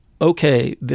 okay